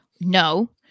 no